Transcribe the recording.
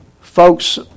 folks